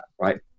right